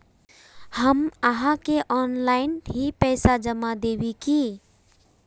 हम आहाँ के ऑनलाइन ही पैसा जमा देब की?